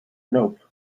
nope